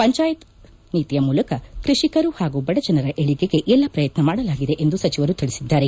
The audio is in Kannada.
ಪಂಚಾಯತ್ ನೀತಿಯ ಮೂಲಕ ಕ್ಷಷಿಕರು ಹಾಗೂ ಬಡ ಜನರ ಏಳಿಗೆಗೆ ಎಲ್ಲ ಪ್ರಯತ್ನ ಮಾಡಲಾಗಿದೆ ಎಂದು ಸಚಿವರು ತಿಳಿಸಿದ್ದಾರೆ